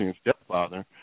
stepfather